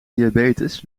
diabetes